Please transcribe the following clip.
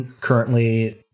Currently